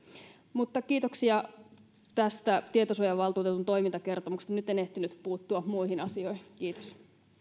mutta kiitoksia tästä tietosuojavaltuutetun toimintakertomuksesta nyt en ehtinyt puuttua muihin asioihin kiitos